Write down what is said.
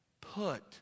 put